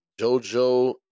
JoJo